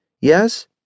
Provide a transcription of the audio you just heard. Yes